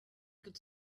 could